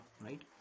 Right